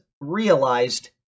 realized